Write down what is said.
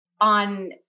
on